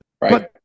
Right